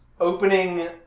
opening